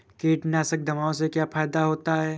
कीटनाशक दवाओं से क्या फायदा होता है?